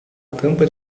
tampa